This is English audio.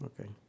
Okay